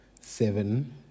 seven